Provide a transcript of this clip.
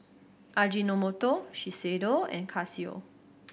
Ajinomoto Shiseido and Casio